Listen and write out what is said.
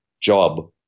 job